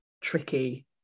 tricky